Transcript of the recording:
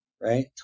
Right